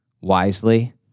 wisely